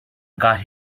got